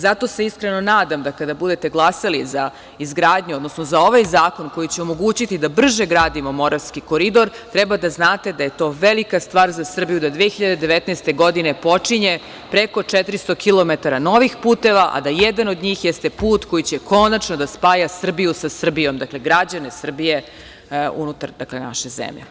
Zato se iskreno nadam, da kada budete glasali za izgradnju, odnosno za ovaj zakon koji će omogućiti da brže gradimo Moravski koridor. treba da znate da je to velika stvar za Srbiju da 2019. godine počinje preko 400 kilometara novih puteva, a da jedan od njih jeste put koji će konačno da spaja Srbiju sa Srbijom, građane Srbije unutar naše zemlje.